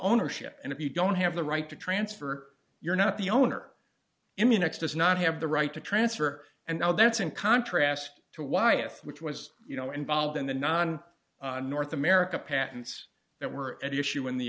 ownership and if you don't have the right to transfer you're not the owner immunex does not have the right to transfer and now that's in contrast to why if which was you know involved in the non north america patents that were at issue in the